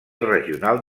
regional